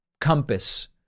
compass